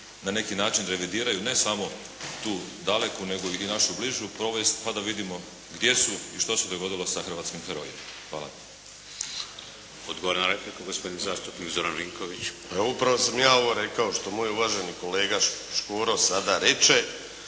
na neki način revidiraju ne samo tu daleku, nego i našu bližu povijest, pa da vidimo gdje su i što se dogodilo sa hrvatskim herojima. Hvala. **Šeks, Vladimir (HDZ)** Odgovor na repliku, gospodin zastupnik Vinković. **Vinković, Zoran (SDP)** Upravo sam ovo ja rekao što moj uvaženi kolega Škoro sada reče.